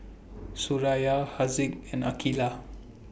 Suraya Haziq and Aqeelah